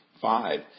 Five